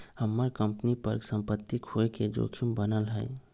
हम्मर कंपनी पर सम्पत्ति खोये के जोखिम बनल हई